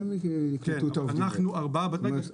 אנחנו ארבעה בתי דפוס.